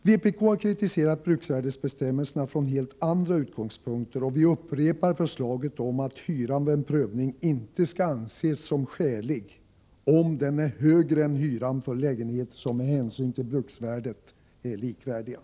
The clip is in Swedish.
Vpk har kritiserat bruksvärdesbestämmelserna från helt andra utgångspunkter, och vi upprepar förslaget att hyran vid en prövning inte skall anses som skälig, om den är högre än hyran för lägenheter som med hänsyn till bruksvärdet är likvärdiga.